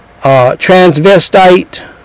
transvestite